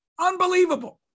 Unbelievable